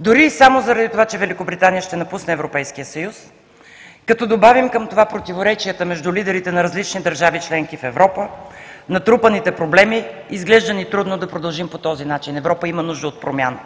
дори и само заради това, че Великобритания ще напусне Европейския съюз. Като добавим към това противоречията между лидерите на различни държави членки в Европа, натрупаните проблеми – изглежда ни трудно да продължим по този начин. Европа има нужда от промяна.